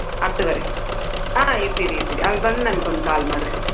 ಹತ್ತುವರೆ ಹಾಂ ಇರ್ತೀವಿ ಇರ್ತೀವಿ ಅಲ್ಲಿ ಬಂದು ನನ್ಗೊಂದು ಕಾಲ್ ಮಾಡಿರಿ